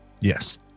Yes